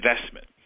investment